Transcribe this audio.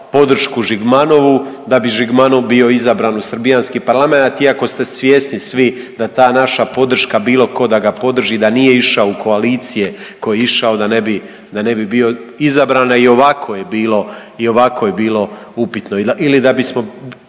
podršku Žigmanovu da bi Žigmanov bio izabran u srbijanski parlamenat iako je ste svjesni svi da ta naša podrška, bilo tko da ga podrži, nije išao u koalicije koji je išao da ne bi, da ne bi bio izabran, a i ovako je bilo upitno